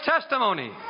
testimony